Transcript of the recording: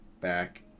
back